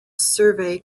survey